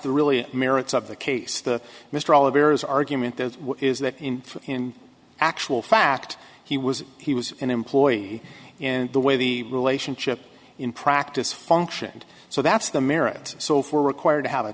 the really merits of the case the mr oliver is argument that is that in in actual fact he was he was an employee and the way the relationship in practice functioned so that's the merit so for require to